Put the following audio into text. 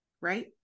right